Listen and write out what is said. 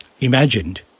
imagined